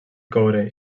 coure